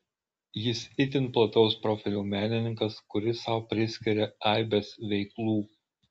jis itin plataus profilio menininkas kuris sau priskiria aibes veiklų